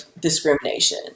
discrimination